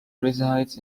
resides